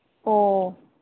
ꯑꯣ